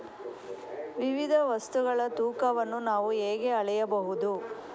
ವಿವಿಧ ವಸ್ತುಗಳ ತೂಕವನ್ನು ನಾವು ಹೇಗೆ ಅಳೆಯಬಹುದು?